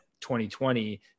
2020